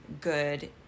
good